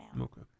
Okay